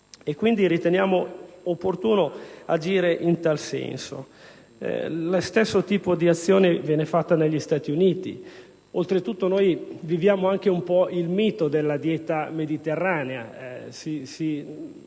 quindi opportuno agire in tal senso. Lo stesso tipo di azione viene fatta negli Stati Uniti. Oltretutto, noi viviamo un po' il mito della dieta mediterranea.